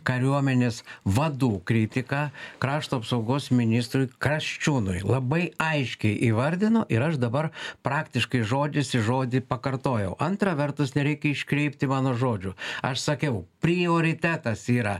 kariuomenės vadų kritika krašto apsaugos ministrui kasčiūnui labai aiškiai įvardino ir aš dabar praktiškai žodis į žodį pakartojau antra vertus nereikia iškreipti mano žodžių aš sakiau prioritetas yra